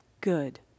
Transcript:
good